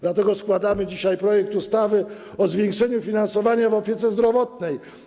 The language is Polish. Dlatego składamy dzisiaj projekt ustawy o zwiększeniu finansowania w opiece zdrowotnej.